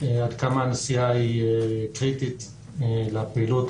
עד כמה הנסיעה היא קריטית לפעילות,